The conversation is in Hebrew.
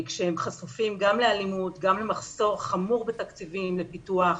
כשהם חשופים גם לאלימות וגם למחסור חמור בתקציבים לפיתוח.